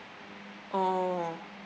orh